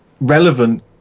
relevant